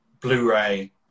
Blu-ray